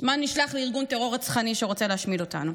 נשלח לארגון טרור רצחני שרוצה להשמיד אותנו.